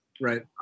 Right